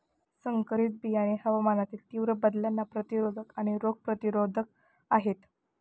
संकरित बियाणे हवामानातील तीव्र बदलांना प्रतिरोधक आणि रोग प्रतिरोधक आहेत